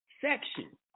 section